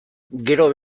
gero